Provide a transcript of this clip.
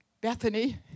Bethany